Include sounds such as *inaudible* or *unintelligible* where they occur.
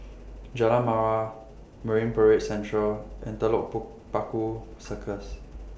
Jalan Mawar Marine Parade Central and Telok *unintelligible* Paku Circus